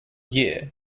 year